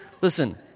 Listen